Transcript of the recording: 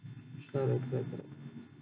correct correct correct